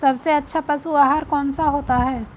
सबसे अच्छा पशु आहार कौन सा होता है?